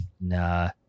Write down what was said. Nah